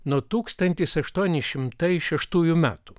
nuo tūkstantis aštuoni šimtai šeštųjų metų